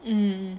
mm